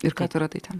ir ką tu radai ten